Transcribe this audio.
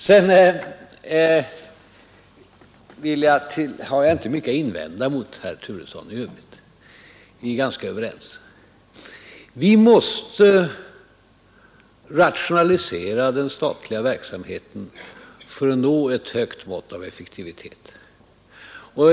Sedan har jag inte mycket att invända mot herr Turessons inlägg i övrigt — herr Turesson och jag är ganska överens. Vi måste rationalisera den statliga verksamheten för att nå ett högt mått av effektivitet.